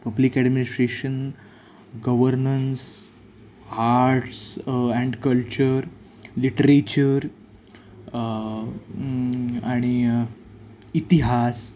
public administration governance arts and culture literature आणि इतिहास